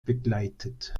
begleitet